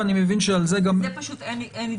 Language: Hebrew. ואני מבין שעל זה גם --- על זה פשוט אין עדכונים,